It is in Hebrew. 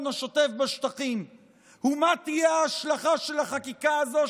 השוטף בשטחים ומה תהיה ההשלכה של החקיקה הזאת,